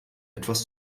etwas